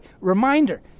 reminder